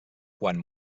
quan